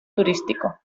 turístico